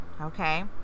Okay